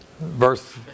verse